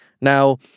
Now